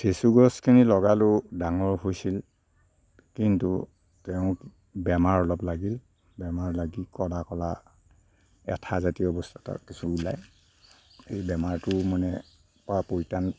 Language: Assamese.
চেচু গছখিনি লগালো ডাঙৰ হৈছিল কিন্তু তেওঁ বেমাৰ অলপ লাগিল বেমাৰ লাগি কলা কলা আঠা জাতীয় বস্তু এটা কিছু ওলাই এই বেমাৰটো মানে পৰা পৰিত্ৰাণ